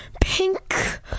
Pink